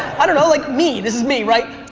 i don't know. like me, this is me right?